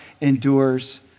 endures